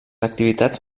activitats